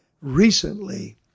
Recently